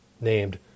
named